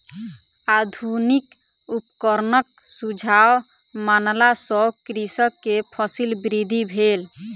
आधुनिक उपकरणक सुझाव मानला सॅ कृषक के फसील वृद्धि भेल